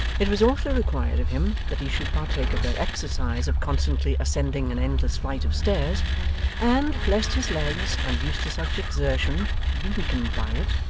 it was also required of him that he should partake of their exercise of constantly ascending an endless flight of stairs and, lest his legs, unused to such exertion, should be weakened by it,